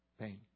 pain